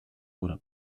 oder